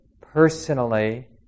personally